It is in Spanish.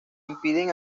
impiden